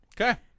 Okay